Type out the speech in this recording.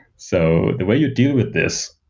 so the way you deal with this,